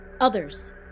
others